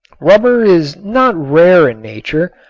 rubber is not rare in nature,